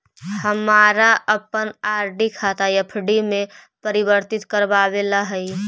हमारा अपन आर.डी खाता एफ.डी में परिवर्तित करवावे ला हई